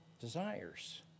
desires